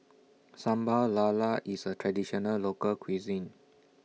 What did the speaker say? Sambal Lala IS A Traditional Local Cuisine